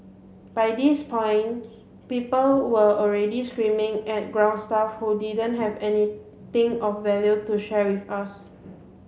by this point people were already screaming at ground staff who didn't have anything of value to share with us